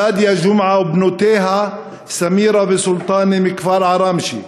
פאדיה ג'ומעה ובנותיה סמירה וסולטאנה מכפר עראמשה,